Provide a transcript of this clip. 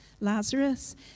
Lazarus